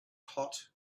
hot